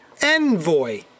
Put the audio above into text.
envoy